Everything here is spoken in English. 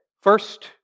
First